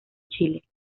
chile